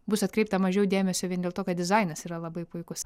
bus atkreipta mažiau dėmesio vien dėl to kad dizainas yra labai puikus